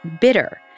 bitter